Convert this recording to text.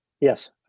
Yes